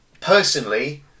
personally